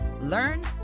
learn